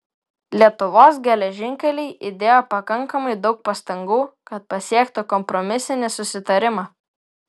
lietuvos geležinkeliai įdėjo pakankamai daug pastangų kad pasiektų kompromisinį susitarimą